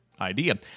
idea